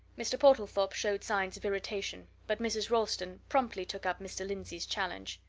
mr. portlethorpe showed signs of irritation, but mrs. ralston promptly took up mr. lindsey's challenge.